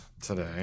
today